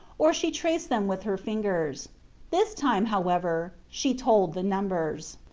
or she traced them with her fingers this time, however, she told the numbers.